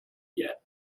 yet